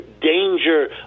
danger